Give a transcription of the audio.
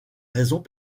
raisons